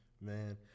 Man